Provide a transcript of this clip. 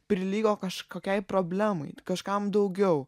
prilygo kažkokiai problemai kažkam daugiau